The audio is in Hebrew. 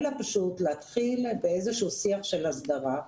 אלא פשוט להתחיל באיזה שהוא שיח של הסדרה,